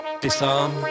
Disarm